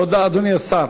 תודה, אדוני השר.